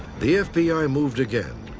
the fbi moved again.